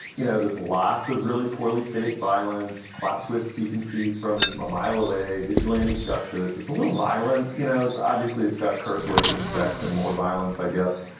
you know, there's lots of really poorly staged violence plot twists. you can see from a mile away. vigilante justice is a little violent. you know, it's obviously it's got curse words and sex and more violence, i guess,